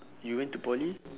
you went to poly